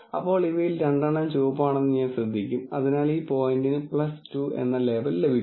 അപ്പോൾ ഇവയിൽ രണ്ടെണ്ണം ചുവപ്പാണെന്ന് ഞാൻ ശ്രദ്ധിക്കും അതിനാൽ ഈ പോയിന്റിന് 2 എന്ന ലേബൽ ലഭിക്കും